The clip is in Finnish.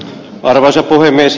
arvoisa puhemies